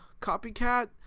copycat